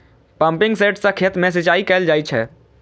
pumping set सं खेत मे सिंचाई कैल जाइ छै